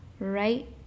right